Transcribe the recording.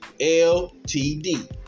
LTD